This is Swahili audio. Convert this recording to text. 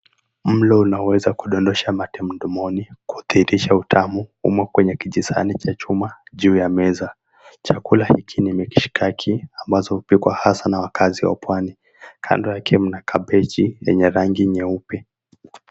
Mlo unaweza kudondosha mate mdomoni wakiitisha utamu umo kwenye kijisahani cha chuma juu ya meza. Chakula hiki ni mishikaki ambazo hupikwa hasa na wakaazi wa pwani. Kando yake mna kabeji lenye rangi nyeupe.